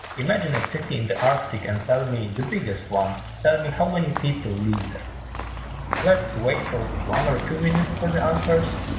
imagine a city in the arctic and tell me the biggest one tell me how many and people live there let's wait for one or two minutes for the answers,